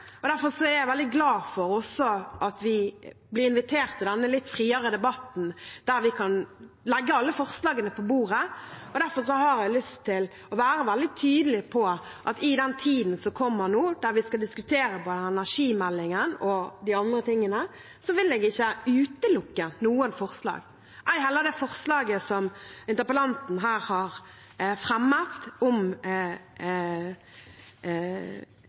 Derfor er jeg veldig glad for at vi blir invitert til denne litt friere debatten, der vi kan legge alle forslagene på bordet. Jeg har lyst til å være veldig tydelig på at i den tiden som kommer nå, der vi skal diskutere både energimeldingen og de andre tingene, vil jeg ikke utelukke noen forslag, ei heller det forslaget som interpellanten her har fremmet om